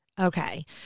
Okay